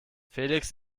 felix